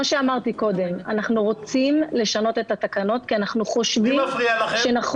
אני רוצה לתת נתון